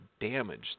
damage